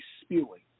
spewing